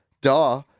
Duh